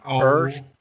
earth